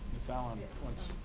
miss allen, once